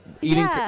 eating